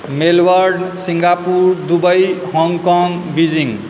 Melbourne Singapore Dubai Hong Kong Beijing